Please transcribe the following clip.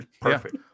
Perfect